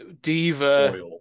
diva